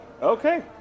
Okay